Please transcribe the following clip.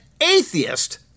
atheist